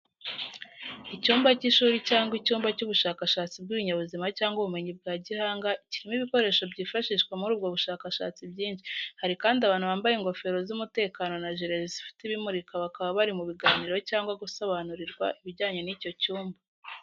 Icyumba cy’ishuri cyangwa icyumba cy'ubushakashatsi bw’ibinyabuzima cyangwa ubumenyi bwa gihanga, kirimo ibikoresho byifashishwa muri ubwo bushakashatsi byinshi, hari kandi abantu bambaye ingofero z’umutekano na jire zifite ibimurika bakaba bari mu biganiro cyangwa gusobanurirwa ibijyanye n’icyo cyumba.